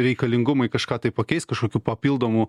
reikalingumai kažką tai pakeist kažkokių papildomų